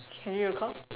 can you recall